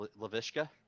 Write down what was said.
LaVishka